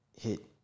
hit